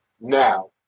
now